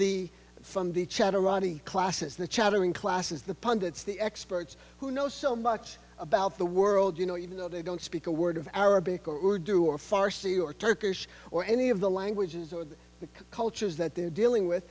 the from the chatter roddy classes the chattering classes the pundits the experts who know so much about the world you know even though they don't speak a word of arabic or do or farsi or turkish or any of the languages or cultures that they're dealing with